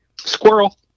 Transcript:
squirrel